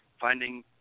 finding